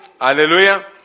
Hallelujah